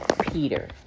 Peter